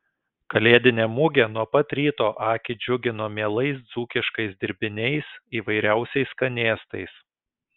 kalėdinė mugė nuo pat ryto akį džiugino mielais dzūkiškais dirbiniais įvairiausiais skanėstais